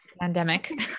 pandemic